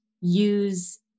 use